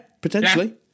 potentially